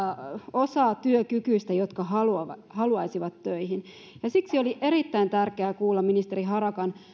osatyökykyistä jotka haluaisivat töihin ja siksi oli erittäin tärkeää kuulla ministeri harakan